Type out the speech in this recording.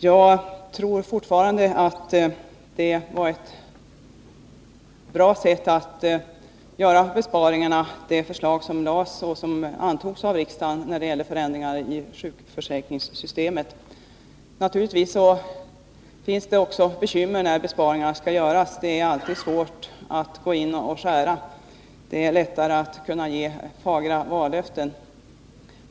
Jag tror fortfarande att det förslag om förändringar i sjukförsäkringen som framlades i våras och som antogs av riksdagen var ett bra sätt att göra besparingar. Naturligtvis finns det också bekymmer när besparingar skall göras. Det är alltid svårt att gå in och skära. Det är lättare att ge fagra vallöften.